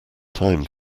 time